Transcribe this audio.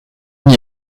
n’y